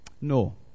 No